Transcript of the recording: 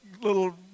little